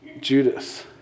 Judas